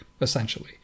essentially